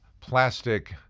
plastic